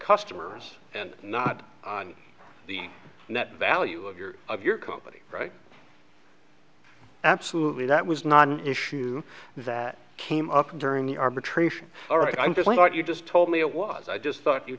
customers and not on the net value of your of your company right absolutely that was not an issue that came up during the arbitration all right i'm just like you just told me it was i just thought you